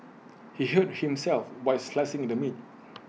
he hurt himself while slicing the meat